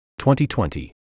2020